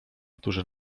którzy